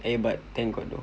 eh but thank god though